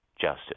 justice